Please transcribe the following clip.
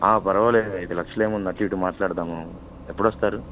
పరవాలేదు ఐదు లక్షలు ఏముంది అటు ఇటు మాట్లాడుదాము ఎప్పుడు వస్తారు